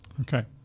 Okay